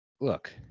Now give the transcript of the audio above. Look